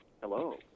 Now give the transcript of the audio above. Hello